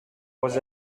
was